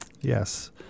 Yes